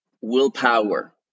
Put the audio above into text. willpower